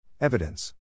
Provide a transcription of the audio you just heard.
Evidence